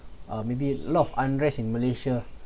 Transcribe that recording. uh maybe a lot of unrest in malaysia